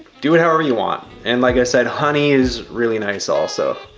do it however you want. and like i said, honey is really nice also.